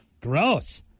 Gross